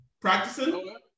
practicing